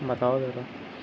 بتاؤ ذرا